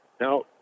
Now